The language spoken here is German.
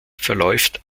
verläuft